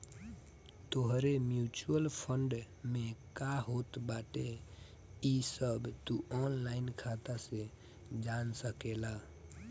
तोहरे mutual fund में का होत बाटे इ सब तू ऑनलाइन खाता से जान सकेला